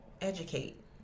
educate